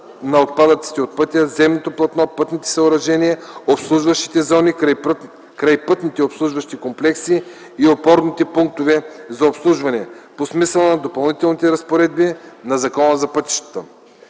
на отпадъците от пътя, земното платно, пътните съоръжения, обслужващите зони, крайпътните обслужващи комплекси и опорните пунктове за обслужване по смисъла на Допълнителните разпоредби на Закона за пътищата.